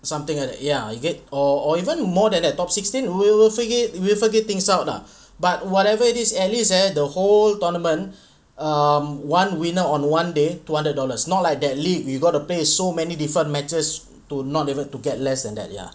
something like that ya you get or or even more than that top sixteen we'll we'll figure we'll figure things out lah but whatever it is at least eh the whole tournament um one winner on one day two hundred dollars not like that league you gotta pay so many different matches to not even to get less than that ya